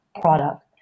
product